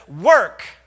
work